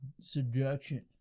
Subjection